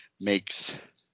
makes